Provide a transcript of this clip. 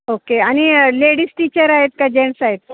okay आणि ladies teacher आहेत का जेंट्स आहेत